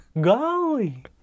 Golly